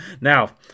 Now